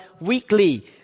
weekly